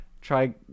try